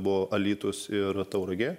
buvo alytus ir tauragė